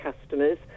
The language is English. customers